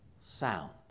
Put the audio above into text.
sound